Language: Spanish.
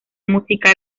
musical